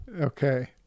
Okay